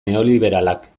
neoliberalak